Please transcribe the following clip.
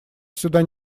сюда